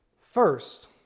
First